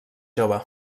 jove